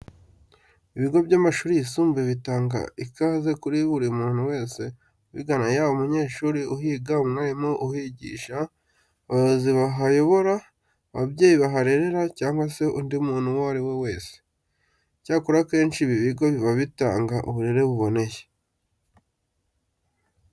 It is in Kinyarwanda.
Ibigo by'amashuri yisumbuye bitanga ikaze kuri buri muntu wese ubigana yaba umunyeshuri uhiga, umwarimu uhigisha, abayobozi bahayobora, ababyeyi baharerera cyangwa se undi muntu uwo ari we wese. Icyakora akenshi ibi bigo biba bitanga uburere buboneye.